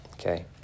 Okay